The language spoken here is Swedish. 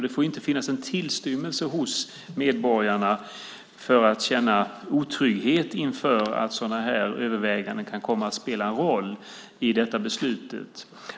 Det får inte finnas en tillstymmelse till att medborgarna känner otrygghet inför att sådana överväganden kan komma att spela en roll i beslutet.